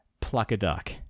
Pluck-A-Duck